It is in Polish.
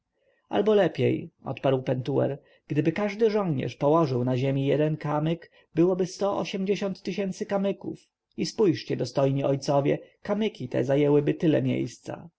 albo lepiej mówił pentuer gdyby każdy żołnierz położył na ziemi jeden kamyk byłoby sto osiemdziesiąt tysięcy kamyków i spojrzyjcie dostojni ojcowie kamyki te zajęłyby tyle miejsca